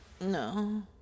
No